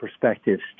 perspectives